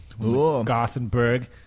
Gothenburg